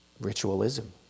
ritualism